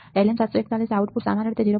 LM741 output સામાન્ય રીતે માત્ર 0